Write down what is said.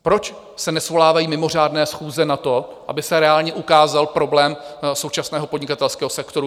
Proč se nesvolávají mimořádné schůze na to, aby se reálně ukázal problém současného podnikatelského sektoru?